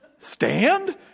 Stand